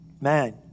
man